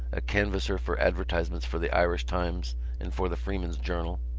a canvasser for advertisements for the irish times and for the freeman's journal,